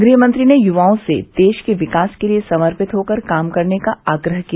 गृह मंत्री ने युवाओं से देश के विकास के लिए समर्पित होकर काम करने का आग्रह किया